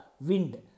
wind